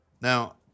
Now